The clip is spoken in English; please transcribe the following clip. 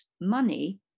money